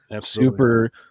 super